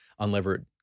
unlevered